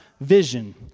vision